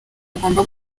agomba